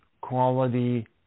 quality